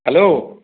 hello